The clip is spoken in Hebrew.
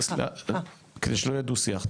כדי שלא יהיה דו-שיח,